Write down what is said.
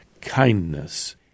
kindness